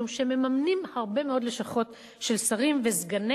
מממנים הרבה מאוד לשכות של שרים וסגני